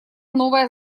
новое